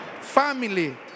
family